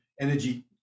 energy